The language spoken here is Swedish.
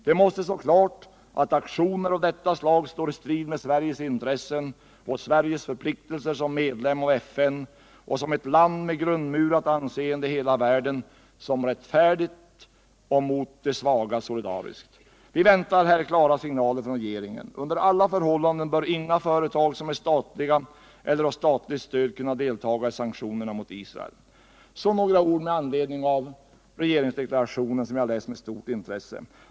Det måste stå klart att aktioner av detta slag står i strid med Sveriges intressen och Sveriges förpliktelser som medlem av FN och som ett land med grundmurat anseende i hela världen som rättfärdigt och solidariskt mot de svaga. Vi väntar här klara signaler från regeringen. Under alla förhållanden bör inga företag som är statliga eller har statligt stöd kunna deltaga i sanktionerna mot Israel. Så några ord med anledning av regeringsdeklarationen, som jag läst med stort intresse.